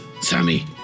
Sammy